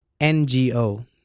NGO